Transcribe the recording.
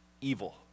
evil